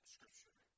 Scripture